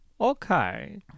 Okay